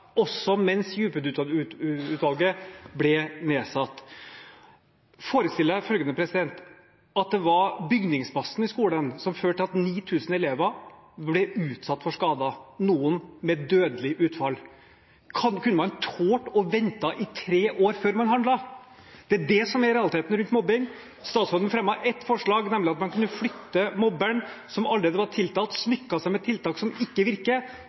ble nedsatt. Forestill deg følgende, president: at det var bygningsmassen i skolen som førte til at 9 000 elever ble utsatt for skader, noen med dødelig utfall. Kunne man tålt å vente i tre år før man handlet? Det er det som er realiteten rundt mobbing. Statsråden fremmet ett forslag, nemlig at man kunne flytte mobberen som allerede var tiltalt; han smykket seg med tiltak som ikke virker,